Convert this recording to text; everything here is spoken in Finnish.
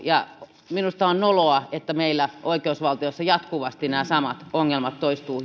ja lastensuojelu minusta on noloa että meillä oikeusvaltiossa jatkuvasti nämä samat ongelmat toistuvat